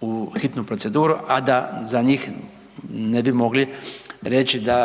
u hitnu proceduru a da za njih ne bi mogli reći da